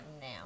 now